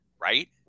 right